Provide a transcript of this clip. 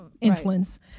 influence